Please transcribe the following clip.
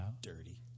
Dirty